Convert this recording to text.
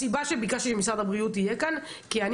הסיבה שביקשתי שמשרד הבריאות יהיה כאן היא כי אני